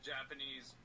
Japanese